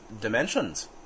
dimensions